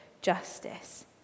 justice